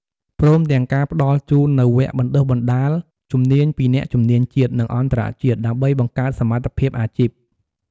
ព្រមទាំងការផ្តល់ជូននូវវគ្គបណ្ដុះបណ្ដាលជំនាញពីអ្នកជំនាញជាតិ និងអន្តរជាតិ ដើម្បីបង្កើតសមត្ថភាពអាជីព។